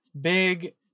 big